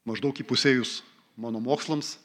maždaug įpusėjus mano mokslams